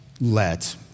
let